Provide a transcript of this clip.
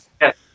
Yes